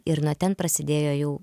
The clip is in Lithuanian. ir nuo ten prasidėjo jau